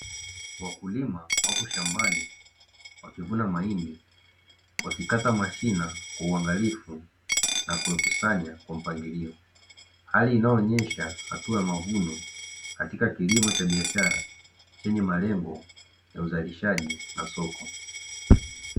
Wakulima wapo shambani wakivuna mahindi wakikata mashina kwa uangalifu na kuyakusanya kwa mpangilio, hali inaonyesha hatua ya mavuno katika kilimo cha biashara chenye malengo ya uzalishaji na soko.